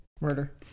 murder